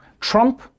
Trump